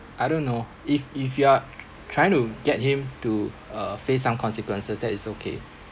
I don't know if if you are tr~ trying to get him to uh face some consequences that is okay